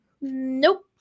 Nope